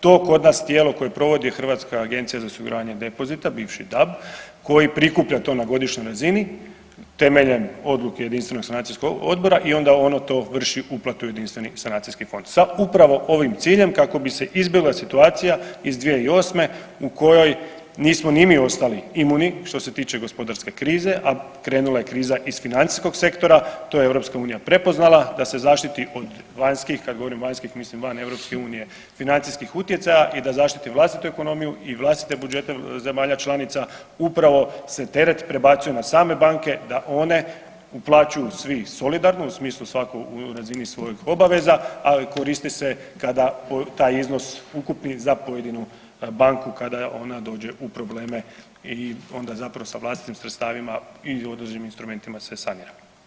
To kod nas, tijelo koje provodi je Hrvatska agencija za osiguranje depozita, bivši DAB koji prikuplja to na godišnjoj razini temeljem odluke Jedinstvenog sanacijskog odbora i onda ono to vrši uplatu u JSF sa upravo ovim ciljem kako bi se izbjegla situacija iz 2008. u kojoj nismo ni mi ostali imuni, što se tiče gospodarske krize, a krenula je kriza iz financijskog sektora, to je EU prepoznala, da se zaštiti od vanjskih, kada govorimo vanjskih, mislim van EU, financijskih utjecaja i da zaštiti vlastitu ekonomiju i vlastite budžete zemalja članica upravo se teret prebacuje na same banke da one uplaćuju svi solidarno u smislu svatko na razini svojih obaveza, a koristi se kada taj iznos ukupni za pojedinu banku kada ona dođe u probleme i onda zapravo sa vlastitim sredstavima i određenim instrumentima se sanira.